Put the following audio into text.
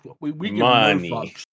Money